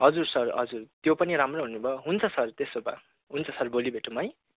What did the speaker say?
हजुर सर हजुर त्यो पनि राम्रो हुने भयो हुन्छ सर त्यसो भए हुन्छ सर भोलि भेटौँ है